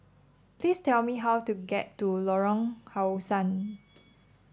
please tell me how to get to Lorong How Sun